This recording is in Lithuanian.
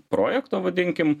projekto vadinkim